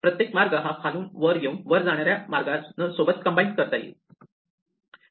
प्रत्येक मार्ग हा खालून येऊन वर जाणाऱ्या या मार्गानं सोबत कंबाईन करता येऊ शकतो